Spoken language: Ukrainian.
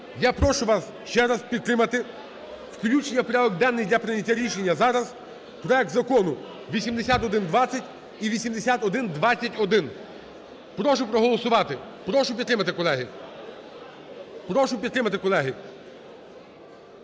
Я прошу вас ще раз підтримати включення в порядок денний для прийняття рішення зараз проект Закону 8120 і 8121. Прошу проголосувати, прошу підтримати, колеги.